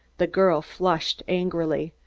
the girl flushed angrily.